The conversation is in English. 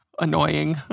annoying